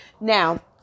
Now